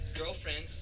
Girlfriend